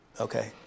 Okay